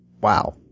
Wow